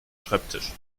schreibtisch